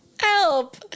help